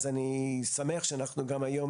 אז אני שמח שגם היום,